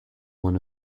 one